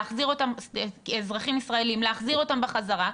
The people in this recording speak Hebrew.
להחזיר אותם בחזרה,